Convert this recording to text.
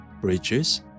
bridges